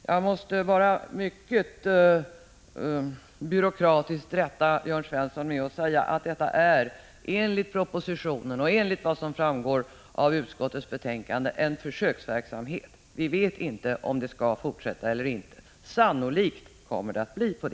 Jag måste vara mycket byråkratisk och rätta Jörn Svensson genom att 43 säga att det enligt propositionen och vad som framgår av utskottets betänkande här är fråga om en försöksverksamhet. Vi vet inte om den kommer att permanentas eller inte — sannolikt blir ändå detta fallet.